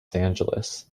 angeles